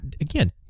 again